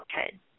Okay